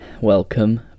Welcome